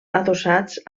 adossats